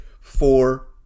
Four